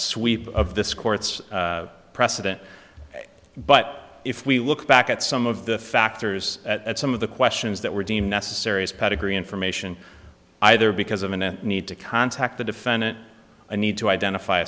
sweep of this court's precedent but if we look back at some of the factors at some of the questions that were deemed necessary as pedigree information either because of a net need to contact the defendant i need to identify